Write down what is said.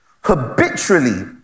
habitually